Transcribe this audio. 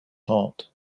hot